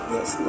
Yes